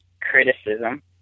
criticism